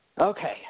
Okay